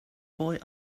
boy